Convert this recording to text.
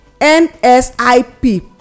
nsip